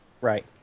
Right